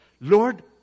Lord